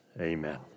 amen